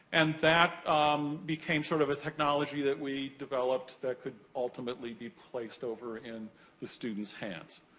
and that um became sort of a technology that we developed that could ultimately be placed over in the student's hands.